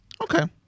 Okay